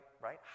right